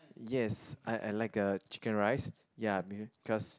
yes I I like a chicken rice ya maybe cause